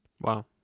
Wow